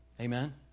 Amen